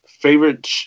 favorite